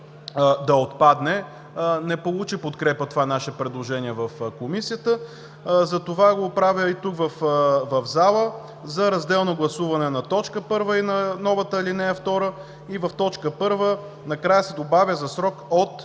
да отпадне. Не получи подкрепа това наше предложение в Комисията, затова го правя и в залата – за разделно гласуване на т. 1 и на новата ал. 2, и в т. 1 накрая се добавя „за срок от